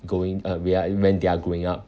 going uh we are when they're growing up